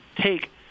take